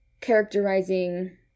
characterizing